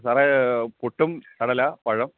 സാറേ പുട്ടും കടല പഴം